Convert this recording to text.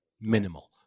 minimal